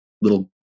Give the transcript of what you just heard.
little